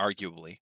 arguably